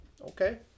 Okay